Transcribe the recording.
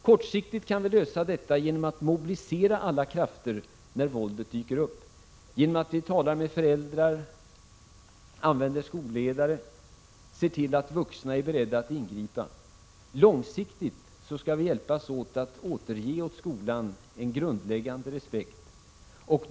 Kortsiktigt kan vi lösa detta problem genom att mobilisera alla krafter när våldet dyker upp, genom att tala med föräldrarna, använda skolledare, se till att vuxna är beredda att ingripa. Långsiktigt skall vi hjälpas åt att återge åt skolan en grundläggande respekt.